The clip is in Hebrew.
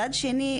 צעד שני,